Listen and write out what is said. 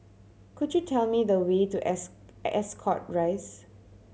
could you tell me the way to S Ascot Rise